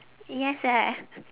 yes eh